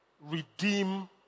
Redeem